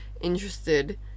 interested